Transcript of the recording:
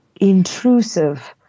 intrusive